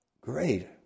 Great